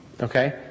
okay